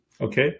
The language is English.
Okay